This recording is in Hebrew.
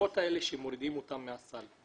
הבדיקות האלה שמורידים אותן מהסל,